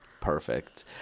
Perfect